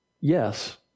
yes